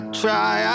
try